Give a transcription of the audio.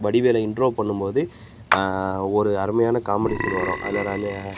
வடிவேலை intro பண்ணும்போது ஒரு அருமையான காமெடி சீன் வரும் அதில் ரனு